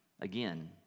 Again